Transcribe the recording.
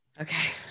okay